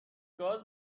گاز